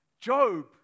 Job